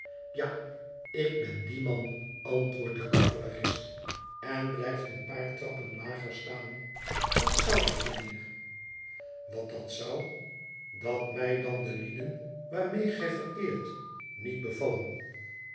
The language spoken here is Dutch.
ja ik b en die man antwoordt de cavalerist en blijft een paar trappen lager staan wat zou dat mijnheer wat dat zou dat mij dan de lieden waarmee gij verkeert niet bevallen